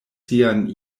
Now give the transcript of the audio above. sian